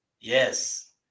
Yes